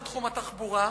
בתחום התחבורה,